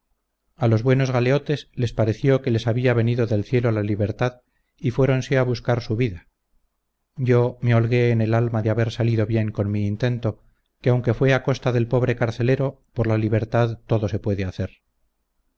a los buenos galeotes les pareció que les había venido del cielo la libertad y fueronse a buscar su vida yo me holgué en el alma de haber salido bien con mi intento que aunque fue a costa del pobre carcelero por la libertad todo se puede hacer